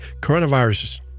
coronaviruses